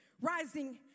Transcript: rising